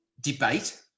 debate